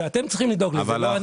זה אתם צריכים לדאוג לזה, לא אני.